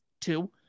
Two